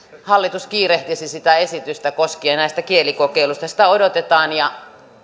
hallitus kiirehtisi sitä esitystä koskien näitä kielikokeiluja sitä sitä odotetaan ja